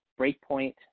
breakpoint